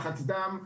לחץ דם,